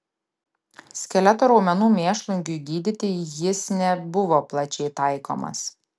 skeleto raumenų mėšlungiui gydyti jis nebuvo palčiai taikomas